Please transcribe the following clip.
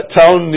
town